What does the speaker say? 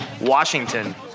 Washington